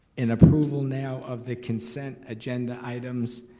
an approval now of the consent agenda items?